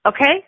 Okay